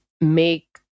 make